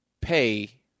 pay